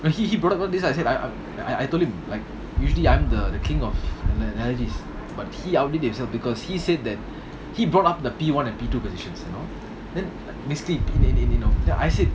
he he brought up all this I said I I I told him like usually I'm the the king of analogies but he outdid himself because he said that he brought up the P one and P two positions you know then basically in in in you know the I said